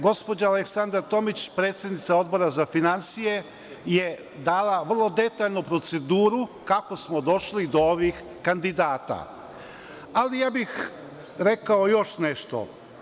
Gospođa Aleksandra Tomić, predsednica Odbora za finansije je dala vrlo detaljnu proceduru kako smo došli do ovih kandidata ali ja bih rekao još nešto.